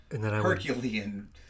herculean